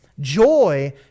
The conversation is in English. Joy